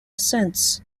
since